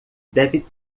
deve